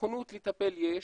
נכונות לטפל יש,